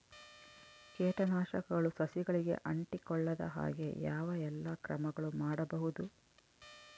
ಕೇಟನಾಶಕಗಳು ಸಸಿಗಳಿಗೆ ಅಂಟಿಕೊಳ್ಳದ ಹಾಗೆ ಯಾವ ಎಲ್ಲಾ ಕ್ರಮಗಳು ಮಾಡಬಹುದು?